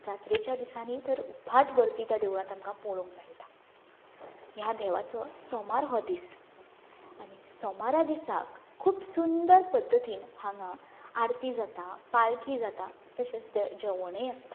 जात्रेच्या दिसांनी तर उपाट गर्दी त्या देवळांत आमकां पळोवंक मेळटा ह्या देवाचो सोमार हो दीस आनी सोमारा दिसा खूब सुंदर पद्दतीन हांगा आरती जाता पालकी जाता तशेंच जेवणूच आसता